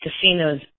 casinos